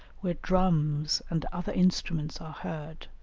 where drums and other instruments are heard,